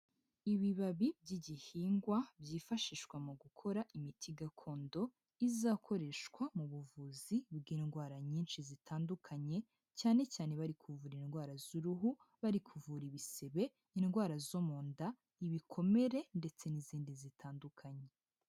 Ibibabi by'igihingwa byifashishwa mu gukora imiti gakondo izakoreshwa mu buvuzi bw'indwara nyinshi zitandukanye cyane cyane bari kuvura indwara z'uruhu, bari kuvura ibisebe, indwara zo mu nda, ibikomere ndetse n'izindi zitandukanye.